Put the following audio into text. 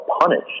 punished